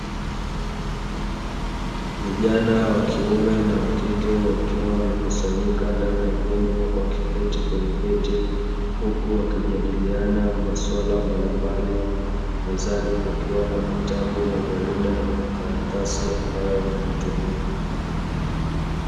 Vijana wa kiume na wa kike wakiwa wamekusanyika ndani ya jengo wakiketi kwenye viti, huku wakijadiliana masuala mbalimbali mezani kukiwa na vitabu, majarida, na makaratasi ambayo wanayatumia.